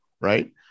Right